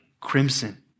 crimson